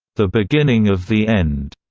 the beginning of the end,